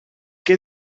què